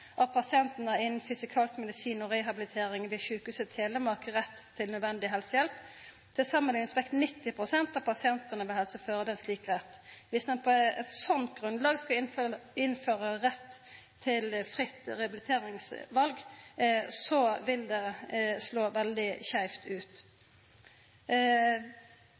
av pasientane innan fysikalsk medisin og rehabilitering ved Sykehuset Telemark rett til nødvendig helsehjelp. Til samanlikning fekk 90 pst. av pasientane ved Helse Førde slik rett. Dersom ein på eit slikt grunnlag skal innføra rett til fritt rehabiliteringsval, vil det slå veldig skeivt ut.